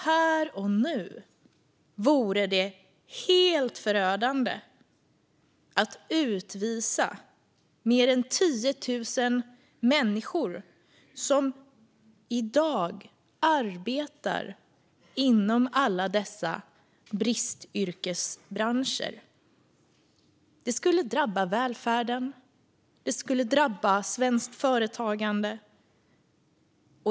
Här och nu vore det dock helt förödande att utvisa mer än 10 000 människor som i dag arbetar inom alla dessa bristyrkesbranscher. Det skulle drabba både välfärden och svenskt företagande.